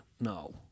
no